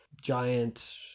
giant